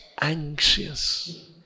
anxious